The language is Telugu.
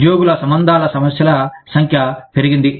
ఉద్యోగుల సంబంధాల సమస్యల సంఖ్య పెరిగింది